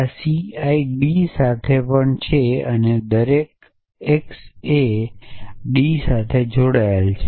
આ CI D સાથે પણ છે અને એક્સ એ પણ ડી સાથે જોડાયેલો છે